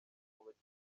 bakinnyi